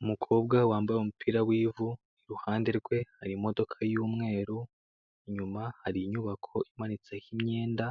Umukobwa wambaye umupira w'ivu iruhande rwe hari imodoka y'umweru, inyuma hari inyubako imanitseho imyenda